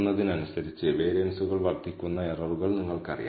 അതിനാൽ നമ്മൾ SSE യെ ഡിഗ്രീസ് ഓഫ് ഫ്രീഡം n 2 കൊണ്ട് ഹരിക്കുന്നു